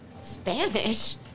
spanish